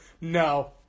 no